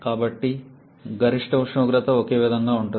కాబట్టి గరిష్ట ఉష్ణోగ్రత ఒకే విధంగా ఉంటుంది